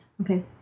okay